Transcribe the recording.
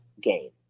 gain